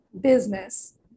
business